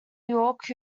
york